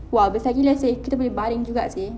!wah! besar gila seh kita boleh baring juga seh